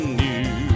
new